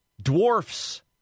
Dwarfs